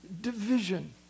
division